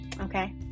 okay